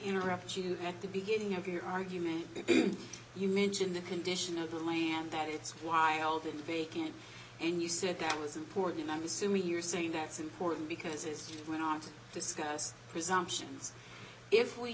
interrupt you at the beginning of your argument if you mention the condition of the land that it's why all the bacon and you said that was important i'm assuming you're saying that's important because it went on to discuss presumptions if we